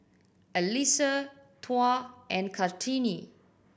Alyssa Tuah and Kartini